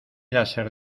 láser